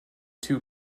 two